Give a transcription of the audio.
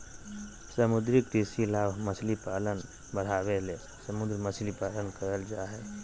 समुद्री कृषि लाभ मछली पालन बढ़ाबे ले समुद्र मछली पालन करल जय हइ